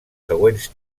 següents